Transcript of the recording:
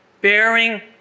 bearing